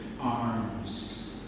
arms